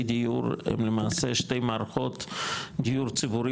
דיור הם למעשה שתי מערכות דיור ציבורי,